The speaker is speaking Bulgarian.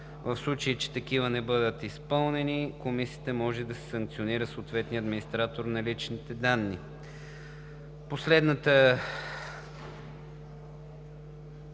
В случай че такива не бъдат изпълнени, Комисията може да санкционира съответния администратор на лични данни.“